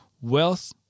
wealth